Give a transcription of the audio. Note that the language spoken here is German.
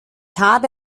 habe